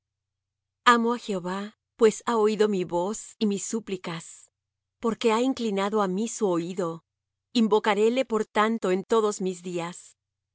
amo á jehová pues ha oído mi voz y mis súplicas porque ha inclinado á mí su oído invocaré le por tanto en todos mis días rodeáronme los